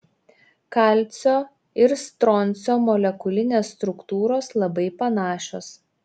kalcio ir stroncio molekulinės struktūros labai panašios